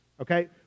okay